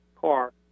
car